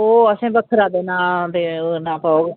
ओह् असें बक्खरा देना पौग